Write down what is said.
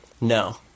No